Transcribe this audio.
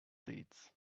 seeds